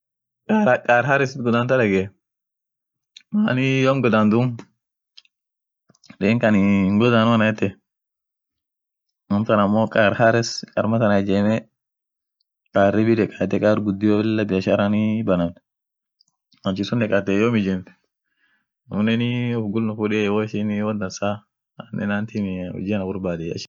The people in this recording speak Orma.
Iranini ada biri kabd ada ishia ta durani ta diniat amineni woni kabdi mayedeni holiday sheree kabd holiday sun norus yedeni yazanight yedeni idil hajj adhan yeden idi fitrine hijirtie dumi tadibine dinin ishia isilamia familineni wolin muhimua wolin amine wolin muhimu hamtua amineni wolin wari dadan diko warine hinkabd